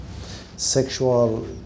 sexual